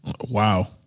Wow